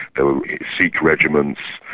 there were sikh regiments,